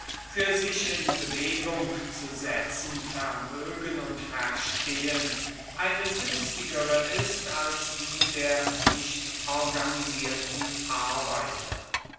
für sich in bewegung zu setzen vermögen und verstehen eine günstigere ist als die der nicht organisierten arbeiter